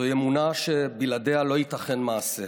זוהי אמונה שבלעדיה לא ייתכן מעשה,